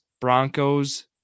Broncos